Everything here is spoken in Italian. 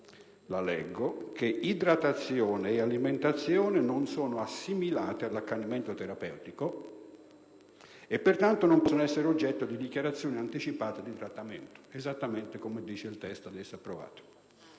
la quale "idratazione e alimentazione non sono assimilabili all'accanimento terapeutico e pertanto non possono essere oggetto di dichiarazioni anticipate di trattamento". Esattamente come dice il testo che stiamo